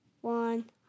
one